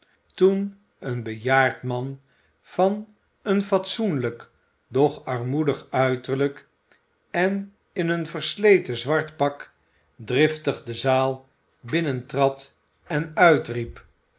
toen een bejaard man van een fatsoenlijk doch armoedig uiterlijk en in een versleten zwart pak driftig de zaal binnentrad en uitriep